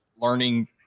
learning